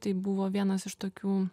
tai buvo vienas iš tokių